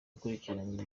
yakurikiranye